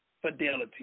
fidelity